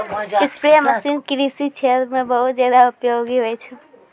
spray machine कृषि क्षेत्र म बहुत जादा उपयोगी होय छै